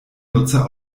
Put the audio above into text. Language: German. nutzer